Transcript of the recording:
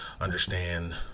understand